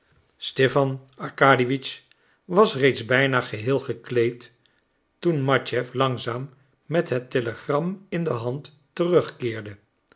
stipan arkadiewitsch was reeds bijna geheel gekleed toen matjeff langzaam met het telegram in de hand terugkeerde